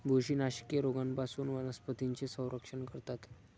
बुरशीनाशके रोगांपासून वनस्पतींचे संरक्षण करतात